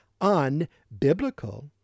unbiblical